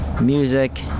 music